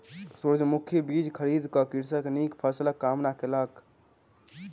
सूरजमुखी बीज खरीद क कृषक नीक फसिलक कामना कयलक